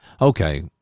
Okay